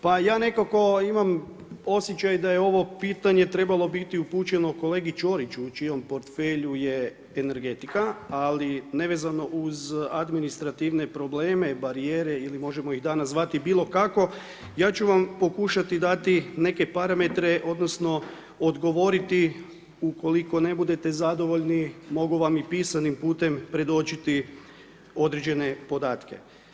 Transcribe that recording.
Pa ja nekako imamo osjećaj da je ovo pitanje trebalo biti upućeno kolegi Ćoriću u čijem portfelju je energetika ali nevezano uz administrativne probleme barijere ili možemo ih danas zvati bilo kako, ja ću vam pokušati dati neke parametre, odnosno odgovoriti ukoliko ne budete zadovoljni, mogu vam i pisanim putem predočiti određene podatke.